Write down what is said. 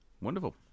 wonderful